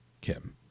kim